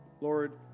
Lord